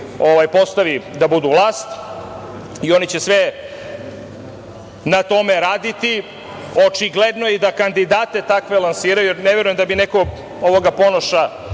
postavi da budu vlast i oni će sve na tome raditi. Očigledno je da i takve kandidate lansiraju, jer ne verujem da bi neko Ponoša